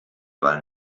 weil